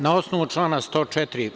Na osnovu člana 104.